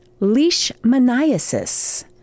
leishmaniasis